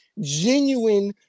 genuine